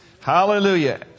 Hallelujah